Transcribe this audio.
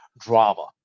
drama